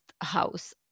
house